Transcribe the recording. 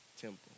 temple